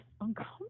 uncomfortable